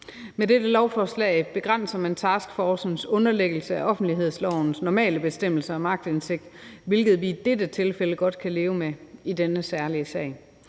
Med dette lovforslag begrænser man, at taskforcen er underlagt offentlighedslovens normale bestemmelser om aktindsigt, hvilket vi i denne særlige sag godt kan leve med. Normalt